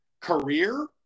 career